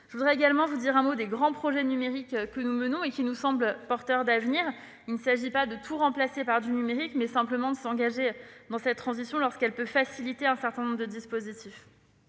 Je souhaite également dire un mot des grands projets numériques que nous menons et qui, nous semble-t-il, sont porteurs d'avenir. Il s'agit non pas de tout remplacer par le numérique, mais simplement de s'engager dans cette transition lorsqu'elle peut faciliter un certain nombre de dispositifs.